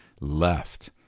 left